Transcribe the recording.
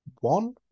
One